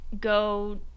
go